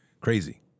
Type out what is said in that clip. Crazy